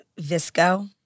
Visco